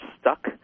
stuck